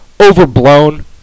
overblown